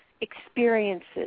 experiences